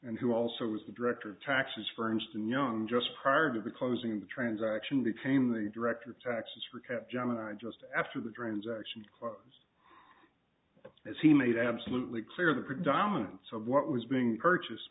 and who also was the director of taxes for instance young just prior to the closing of the transaction became the director of texas for cap gemini just after the transaction was as he made absolutely clear the predominance of what was being purchased